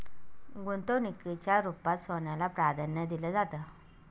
गुंतवणुकीच्या रुपात सोन्याला प्राधान्य दिलं जातं